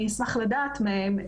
אני אשמח לדעת מהם.